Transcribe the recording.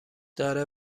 داره